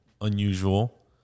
unusual